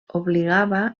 obligava